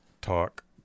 Talk